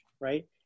right